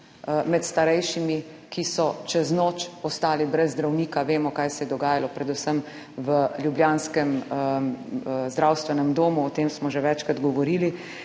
med starejšimi, ki so čez noč ostali brez zdravnika, vemo kaj se je dogajalo predvsem v ljubljanskem zdravstvenem domu, o tem smo že večkrat govorili